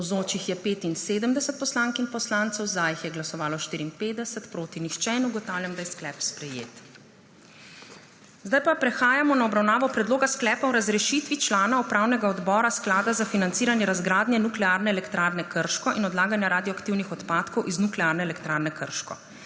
za je glasovalo 54, proti nihče. (Za je glasovalo 54.) (Proti nihče.) Ugotavljam, da je sklep sprejet. Prehajamo na obravnavo Predloga sklepa o razrešitvi člana Upravnega odbora Sklada za financiranje razgradnje Nuklearne elektrarne Krško in odlaganje radioaktivnih odpadkov iz Nuklearne elektrarne Krško.